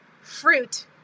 fruit